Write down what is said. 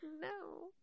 no